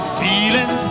feeling